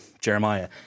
Jeremiah